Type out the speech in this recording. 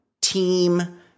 team